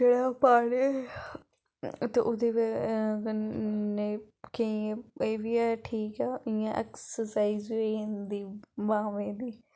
जेह्ड़ा पानी ते ओह्दी बजह् कन्नै एह् बी ऐ ठीक ऐ कि इ'यां एक्सरसाइज बी होई जंदी बाह्में दी